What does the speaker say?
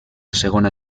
segona